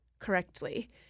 correctly